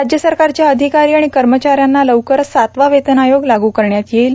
राज्य सरकारच्या अधिकारी आणि कर्मचाऱ्यांना लवकरच सातवा वेतन आयोग लागू करण्यात येईल